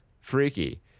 freaky